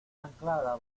anclada